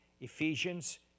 Ephesians